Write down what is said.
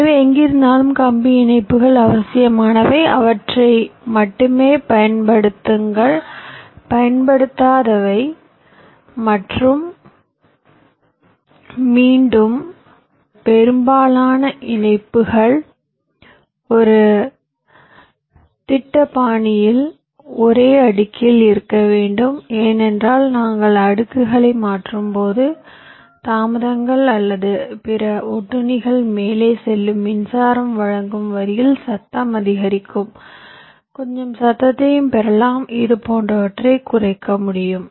எனவே எங்கிருந்தாலும் கம்பி இணைப்புகள் அவசியமானவை அவற்றை மட்டுமே பயன்படுத்துங்கள் பயன்படுத்தாதவை மற்றும் மீண்டும் பெரும்பாலான இணைப்புகள் ஒரு திட்ட பாணியில் ஒரே அடுக்கில் இருக்க வேண்டும் ஏனென்றால் நாங்கள் அடுக்குகளை மாற்றும்போது தாமதங்கள் அல்லது பிற ஒட்டுண்ணிகள் மேலே செல்லும் மின்சாரம் வழங்கும் வரியில் சத்தம் அதிகரிக்கும் கொஞ்சம் சத்தத்தையும் பெறலாம் இது போன்றவற்றை குறைக்க முடியும்